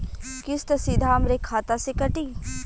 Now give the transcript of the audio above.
किस्त सीधा हमरे खाता से कटी?